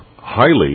highly